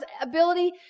ability